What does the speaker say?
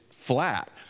flat